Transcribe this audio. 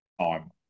time